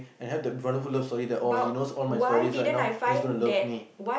and had the wonderful love story oh he knows all my stories right now and he's going to love me